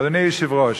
אדוני היושב-ראש,